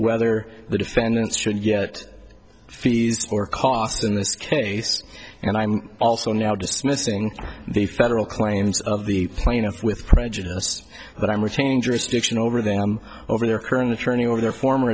whether the defendants should get fees or cost in this case and i'm also now dismissing the federal claims of the plaintiff with prejudice that i'm a change restriction over them over their current attorney or their former